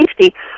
safety